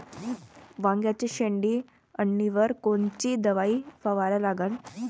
वांग्याच्या शेंडी अळीवर कोनची दवाई फवारा लागन?